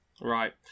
right